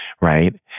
right